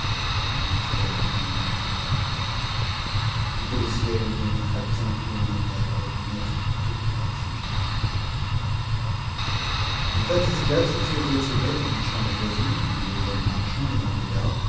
mais j'espère que je ne mourrai pas ingrate et que le ciel me mettra bientôt en état de reconnaître toutes vos actions généreuses quand les femmes esclaves se furent retirées dans une chambre voisine où le jeune marchand les envoya